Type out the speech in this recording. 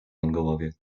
mongołowie